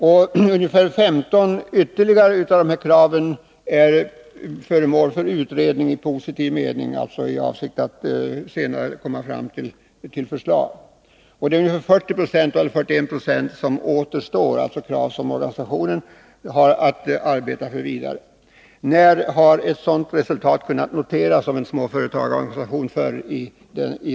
15 20 av kraven är föremål för utredning — avsikten är att arbetet skall utmynna i förslag. 41 96 av kraven har organisationen att arbeta vidare med. När i historien har ett sådant resultat kunnat noteras när det gäller en småföretagarorganisation?